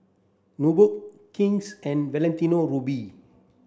Nubox King's and Valentino Rudy